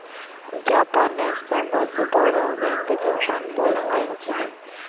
जापानेर सबस बोरो बैंक जापान पोस्ट बैंक छिके